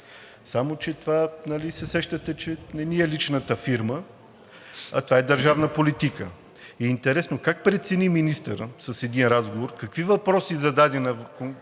Само че това, нали се сещате, че не ни е личната фирма, а това е държавна политика. Интересно как прецени министърът с един разговор, какви въпроси зададе на въпросния